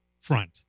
front